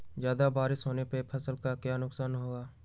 ज्यादा बारिस होने पर फसल का क्या नुकसान है?